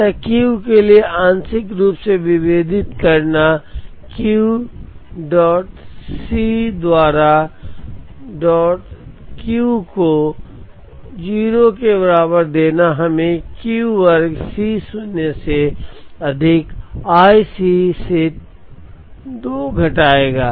अतः Q के लिए आंशिक रूप से विभेदित करना Q dou टीसी द्वारा dou Q को 0 के बराबर देना हमें Q वर्ग C शून्य से अधिक i C से 2 घटाएगा